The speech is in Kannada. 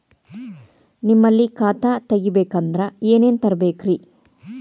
ನಿಮ್ಮಲ್ಲಿ ಖಾತಾ ತೆಗಿಬೇಕಂದ್ರ ಏನೇನ ತರಬೇಕ್ರಿ?